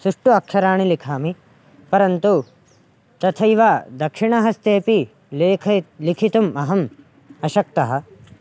सुष्ठु अक्षराणि लिखामि परन्तु तथैव दक्षिणहस्तेपि लेखं लेखितुम् अहम् अशक्तः